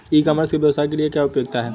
ई commerce के व्यवसाय के लिए क्या उपयोगिता है?